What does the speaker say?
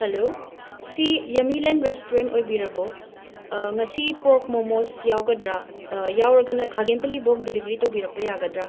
hello ꯁꯤ ꯌꯝꯃꯤꯂꯦꯟ restaurant ꯑꯣꯏꯕꯤꯔꯕꯣ ꯉꯁꯤ ꯄꯣꯔꯛ ꯃꯣꯃꯣꯁ ꯌꯥꯎꯒꯗ꯭ꯔꯥ ꯌꯥꯎꯔꯒꯅ ꯈꯥꯒꯦꯝꯄꯂꯤꯐꯥꯎ ꯗꯤꯂꯤꯚꯔꯤ ꯇꯧꯕꯤꯔꯛꯄ ꯌꯥꯒꯗ꯭ꯔꯥ